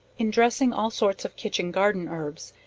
in dressing all sorts of kitchen garden herbs,